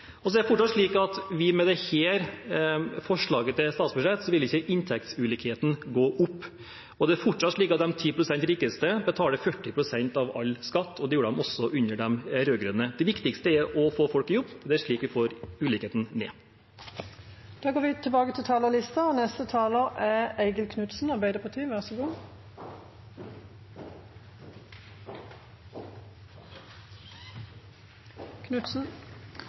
Så er det fortsatt slik at med dette forslaget til statsbudsjett vil ikke inntektsulikheten gå opp. Det er fortsatt slik at de 10 pst. rikeste betaler 40 pst. av all skatt, og det gjorde de også under de rød-grønne. Det viktigste er å få folk i jobb. Det er slik vi får ulikheten ned. Replikkordskiftet er omme. Skatte- og avgiftspolitikken skal bidra til